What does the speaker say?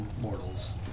mortals